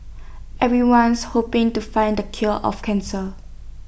everyone's hoping to find the cure of cancer